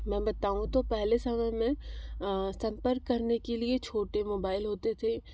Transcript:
मैं बताऊँ तो पहले समय मे सम्पर्क करने के लिए छोटे मोबाईल होते थे